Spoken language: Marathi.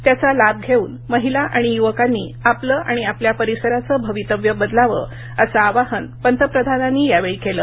त्याचा लाभ घेऊन महिला आणि युवकांनी आपलं आणि आपल्या परिसराचं भवितव्य बदलावं असं आवाहन पंतप्रधानांनी यावेळी केलं